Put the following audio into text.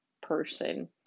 person